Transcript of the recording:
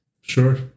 Sure